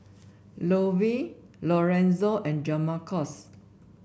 Lovie Lorenzo and Jamarcus